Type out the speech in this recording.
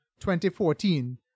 2014